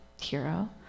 hero